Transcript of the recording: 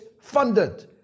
funded